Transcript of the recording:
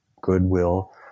goodwill